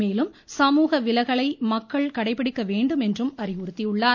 மேலும் சமூக விலகலை மக்கள் கடைபிடிக்க வேண்டும் என்றும் அவர் அறிவுறுத்தியுள்ளார்